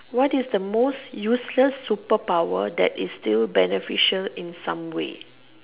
what is the most useless super power that is still beneficial in some way